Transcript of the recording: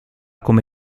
come